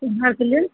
घरके लेल